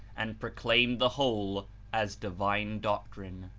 and proclaimed the whole as divine doctrine.